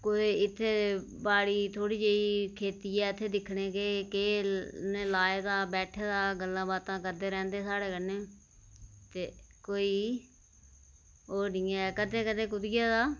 कोई इत्थै बाड़ी ऐ थोह्ड़ी जेही खेती ऐ बैठे दा गल्लां बातां करदे रौंह्दे साढ़े कन्नै ते कोई होर निं ऐ कदें कदें